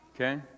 Okay